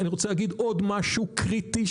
אני רוצה להגיד עוד משהו קריטי,